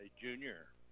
junior